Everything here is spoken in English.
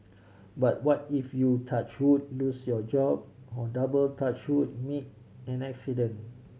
but what if you touch wood lose your job on double touch wood meet an accident